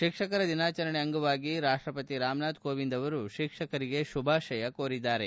ಶಿಕ್ಷಕರ ದಿನಾಚರಣೆಯ ಅಂಗವಾಗಿ ರಾಷ್ಟಪತಿ ರಾಮನಾಥ್ ಕೋವಿಂದ್ ಅವರು ಶಿಕ್ಷಕರಿಗೆ ಶುಭಾಶಯ ಕೋರಿದ್ದಾರೆ